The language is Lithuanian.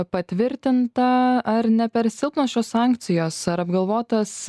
patvirtinta ar ne per silpnos šios sankcijos ar apgalvotas